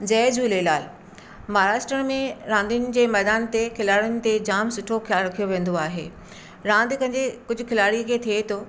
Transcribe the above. जय झूलेलाल महाराष्ट्र में रांदियुनि जे मैदान ते खिलाड़ियुनि ते जाम सुठो ख़्याल रखियो वेंदो आहे रांदि कंदे कुझु खिलाड़ीअ खे थिए थो